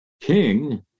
king